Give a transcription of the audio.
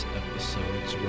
episodes